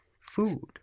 Food